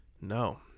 No